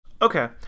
Okay